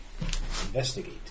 investigate